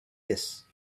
this